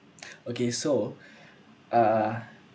okay so uh